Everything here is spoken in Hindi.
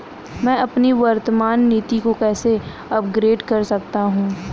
मैं अपनी वर्तमान नीति को कैसे अपग्रेड कर सकता हूँ?